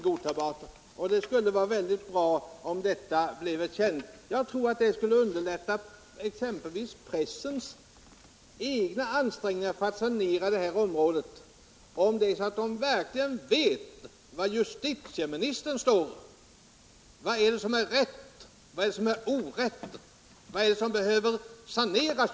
Det skulle vara bra om det bleve känt i vilka avseenden läget inte är godtagbart. Jag tror att det skulle underlätta exempelvis pressens egna ansträngningar att sanera, om man verkligen finge veta var justitieministern står. Vad är rätt och vad är orätt, vad behöver saneras?